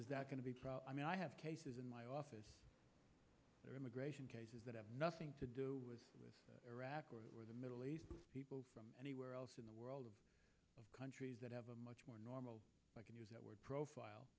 is that going to be i mean i have cases in my office or immigration cases that have nothing to do with iraq or the middle east people from anywhere else in the world countries that have a much more normal i can use that word profile